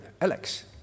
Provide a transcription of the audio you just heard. Alex